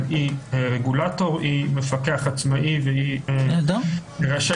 אבל כרגולטור היא מפקח עצמאי והיא רשאית